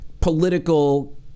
political